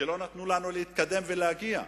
שלא נתנו לנו להתקדם ולהגיע.